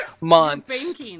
months